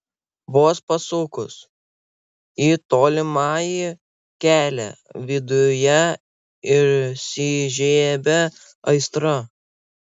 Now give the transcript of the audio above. vos pasukus į tolimąjį kelią viduje įsižiebia aistra